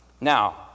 Now